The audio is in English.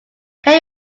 can